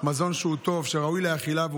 מזון ראוי לאכילה.